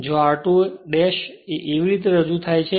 જ્યાં r2 એ રીતે રજૂ થાય છે